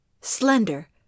slender